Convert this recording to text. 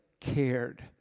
cared